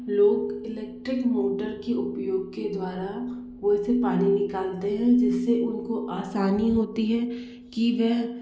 लोग electric motor की उपयोग के द्वारा कुएँ से पानी निकलते है जिससे उनको आसानी होती है की वह